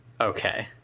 okay